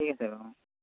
ঠিক আছে বাৰু অঁ